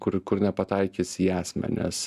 kur kur nepataikys į esmę nes